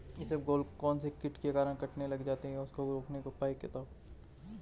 इसबगोल कौनसे कीट के कारण कटने लग जाती है उसको रोकने के उपाय बताओ?